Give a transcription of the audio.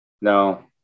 No